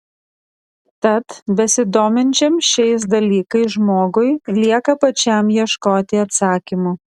tad besidominčiam šiais dalykais žmogui lieka pačiam ieškoti atsakymų